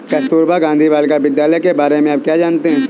कस्तूरबा गांधी बालिका विद्यालय के बारे में आप क्या जानते हैं?